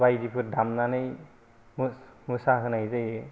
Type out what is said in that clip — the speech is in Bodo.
बायदिफोर दामनानै मोसाहोनाय जायो